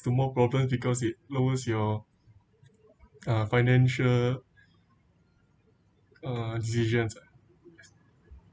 to more problems because it lowers your uh financial uh decisions